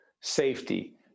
safety